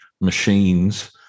machines